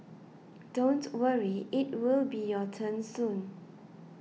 don't worry it will be your turn soon